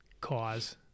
cause